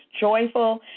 joyful